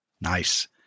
Nice